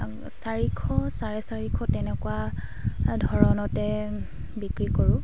চাৰিশ চাৰে চাৰিশ তেনেকুৱা ধৰণতে বিক্ৰী কৰোঁ